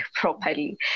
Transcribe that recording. properly